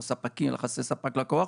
או יחסי ספק-לקוח,